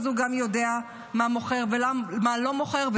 אז הוא גם יודע מה מוכר ומה לא מוכר.